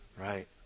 Right